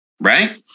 right